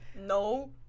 No